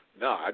No